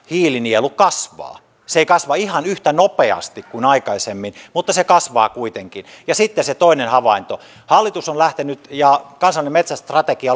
hiilinielu kasvaa se ei kasva ihan yhtä nopeasti kuin aikaisemmin mutta se kasvaa kuitenkin sitten se toinen havainto hallitus ja kansallinen metsästrategia